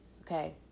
okay